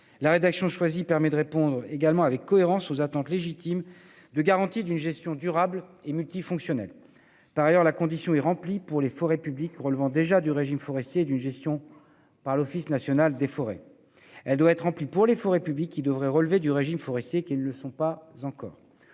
La rédaction choisie permet de répondre avec cohérence aux attentes légitimes de garantie d'une gestion durable et multifonctionnelle. Par ailleurs, la condition est remplie pour les forêts publiques relevant déjà du régime forestier et d'une gestion par l'ONF. Il faut qu'elle le soit pour les forêts publiques, qui devraient relever du régime forestier et qui n'y sont pas encore.